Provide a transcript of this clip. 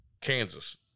Kansas